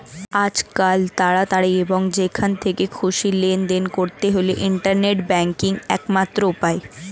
আজকাল তাড়াতাড়ি এবং যেখান থেকে খুশি লেনদেন করতে হলে ইন্টারনেট ব্যাংকিংই একমাত্র উপায়